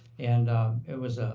and it was